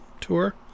tour